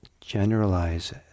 generalize